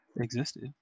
existed